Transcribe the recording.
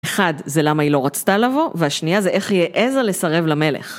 אחד זה למה היא לא רצתה לבוא, והשנייה זה איך היא העזה לסרב למלך.